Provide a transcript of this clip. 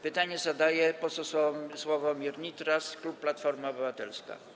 Pytanie zadaje poseł Sławomir Nitras, klub Platforma Obywatelska.